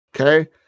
okay